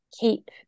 keep